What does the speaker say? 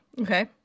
Okay